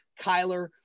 Kyler